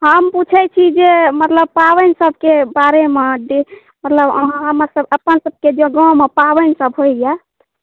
हम पुछैत छी जे मतलब पाबनि सभके बारेमे जे मतलब अहाँ हमरसभ अपनसभके जे गाममे पाबनिसभ होइए